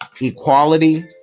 equality